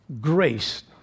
grace